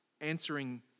answering